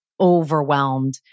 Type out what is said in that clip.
overwhelmed